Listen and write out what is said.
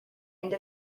end